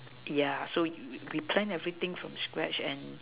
yeah so we plan everything from scratch and